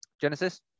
Genesis